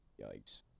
Yikes